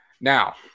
now